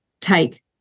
take